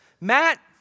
Matt